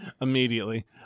Immediately